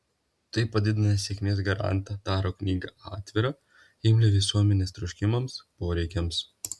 tai padidina sėkmės garantą daro knygą atvirą imlią visuomenės troškimams poreikiams